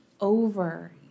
over